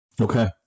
Okay